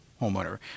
homeowner